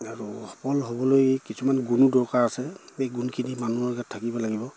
আৰু সফল হ'বলৈ কিছুমান গুণো দৰকাৰ আছে এই গুণখিনি মানুহৰ গাত থাকিব লাগিব